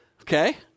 Okay